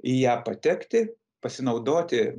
į ją patekti pasinaudoti